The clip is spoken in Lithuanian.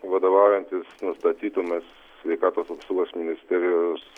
vadovaujantis nustatytomis sveikatos apsaugos ministerijos